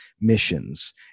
missions